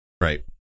right